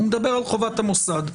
הוא מדבר על חובת המוסד.